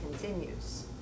continues